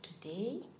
today